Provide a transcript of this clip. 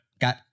got